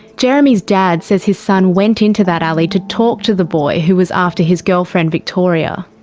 jeremy's dad says his son went into that alley to talk to the boy who was after his girlfriend, victoria.